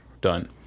done